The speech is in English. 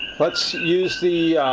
let's use the